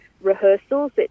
rehearsals